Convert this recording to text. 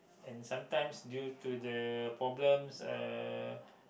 and sometimes due to the problems uh